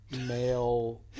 male